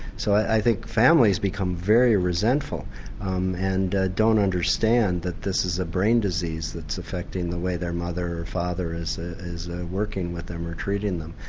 so i think families become very resentful um and don't understand that this is a brain disease that's affecting the way their mother or father is is working with them or treating them.